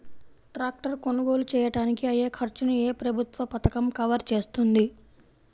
Tractor కొనుగోలు చేయడానికి అయ్యే ఖర్చును ఏ ప్రభుత్వ పథకం కవర్ చేస్తుంది?